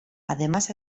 además